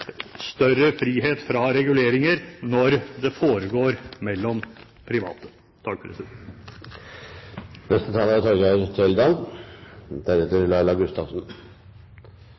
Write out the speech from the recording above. større frihet fra reguleringer når det foregår mellom private.